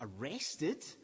arrested